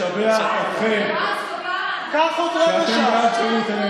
לשבח אתכם שאתם בעד שירות,